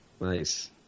nice